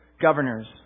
Governors